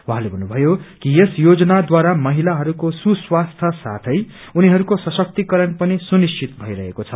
उहाँले भन्नुभयो कि यस योजनाद्वारा महिलाहरूको सुस्वास्थ्य साथै उनीहरूकके सशक्तिकरण पनि सुनिश्चित भइरहेको छ